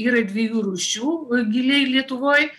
yra dviejų rūšių giliai lietuvoj